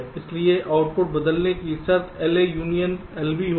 इसलिए आउटपुट बदलने की शर्त LA यूनियन LB होगी